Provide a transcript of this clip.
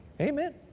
Amen